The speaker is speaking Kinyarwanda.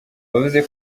yavuze